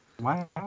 Wow